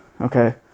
okay